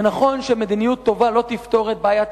זה נכון שמדיניות טובה לא תפתור את בעיית